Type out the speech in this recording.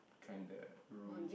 kinda room